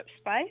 space